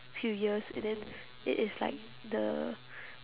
few years and then it is like the